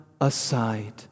aside